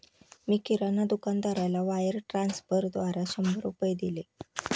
मी किराणा दुकानदाराला वायर ट्रान्स्फरद्वारा शंभर रुपये दिले